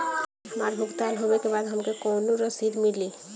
हमार भुगतान होबे के बाद हमके कौनो रसीद मिली?